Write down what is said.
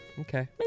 Okay